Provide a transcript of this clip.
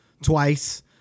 twice